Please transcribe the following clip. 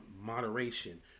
moderation